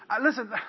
Listen